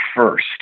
first